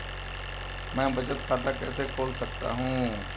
मैं बचत खाता कैसे खोल सकता हूँ?